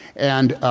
and